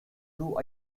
two